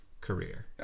career